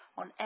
on